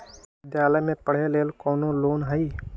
विद्यालय में पढ़े लेल कौनो लोन हई?